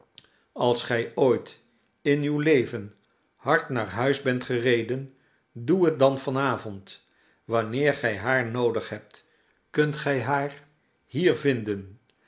als gij ooit in uw leven hard naar huis hebt gereden doe het dan van avond wanneer gij haar noodig hebt kunt gij haar hier vinden